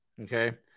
okay